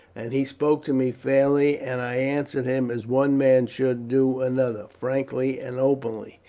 and he spoke to me fairly, and i answered him as one man should do another, frankly and openly.